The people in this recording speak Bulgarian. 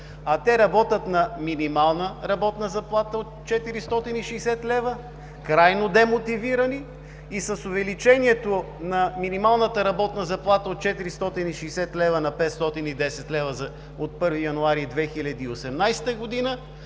а те работят на минимална работна заплата от 460 лв., крайно демотивирани, и с увеличението на минималната работна заплата от 460 лв. на 510 лв. от 1 януари 2018 г.